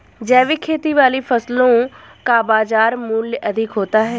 जैविक खेती वाली फसलों का बाजार मूल्य अधिक होता है